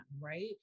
right